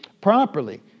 properly